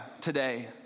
today